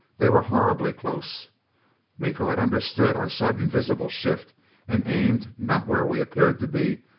they were horribly close miko had understood our sudden visible shift and aimed, not where we appeared to be,